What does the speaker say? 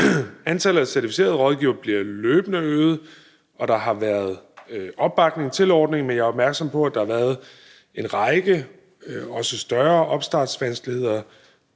Antallet af certificerede rådgivere bliver løbende øget, og der har været opbakning til ordningen, men jeg er opmærksom på, at der har været en række også større opstartsvanskeligheder.